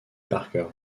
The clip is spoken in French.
parker